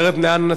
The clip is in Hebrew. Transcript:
אחרת לאן,